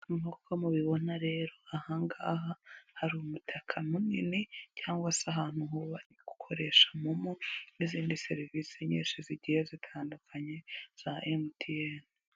Nk'uko mubibona rero aha ngaha hari umutaka munini cyangwa se ahantu ho bari gukoresha momo n'izindi serivisi nyinshi zigiye zitandukanye za MTN.